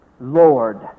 Lord